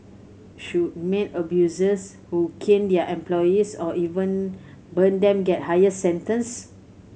should maid abusers who cane their employees or even burn them get higher sentence